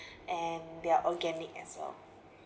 and they are organic as well